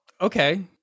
Okay